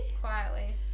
Quietly